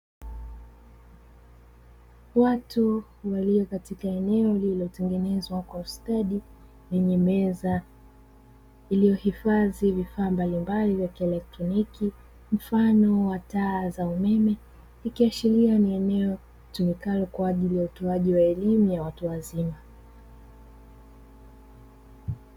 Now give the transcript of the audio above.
Watu walio katika eneo lililotengenezwa kwa ustadi lenye meza iliyohifadhi vifaa mbalimbali vya kieletroniki mfano wa taa za umeme, ikiashiria ni eneo litumiwalo kwa ajili ya utoaji wa elimu ya watu wazima.